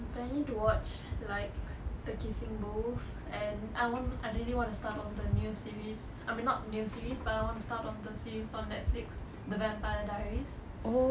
I'm planning to watch like the kissing booth and I I really wanna start on the new series I mean not new series but I want to start on the series on Netflix the vampire diaries